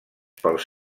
pels